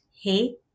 hey